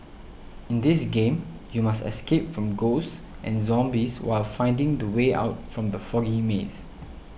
in this game you must escape from ghosts and zombies while finding the way out from the foggy maze